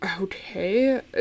Okay